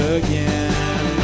again